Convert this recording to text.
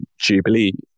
jubilee